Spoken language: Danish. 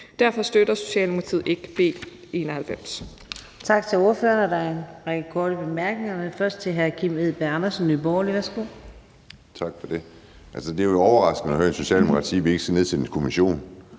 Derfor støtter Socialdemokratiet ikke B 91.